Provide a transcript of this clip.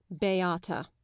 Beata